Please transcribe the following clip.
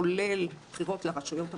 כולל בחירות לרשויות המקומיות,